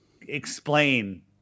explain